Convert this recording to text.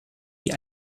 wie